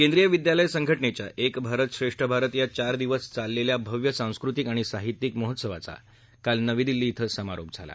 केंद्रीय विद्यालय सप्टिनेच्या एक भारत श्रेष्ठ भारत या चार दिवस चाललेल्या भव्य सास्कृतिक आणि साहित्यिक महोत्सवाचा काल नवी दिल्ली इथस्तिमारोप झाला